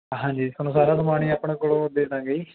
ਹਾਂਜੀ ਤੁਹਾਨੂੰ ਸਾਰਾ ਸਮਾਨ ਹੀ ਆਪਣੇ ਕੋਲੋਂ ਦੇ ਦਾਂਗੇ ਜੀ